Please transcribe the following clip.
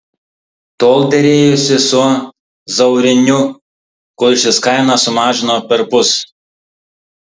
tol derėjosi su zauriniu kol šis kainą sumažino perpus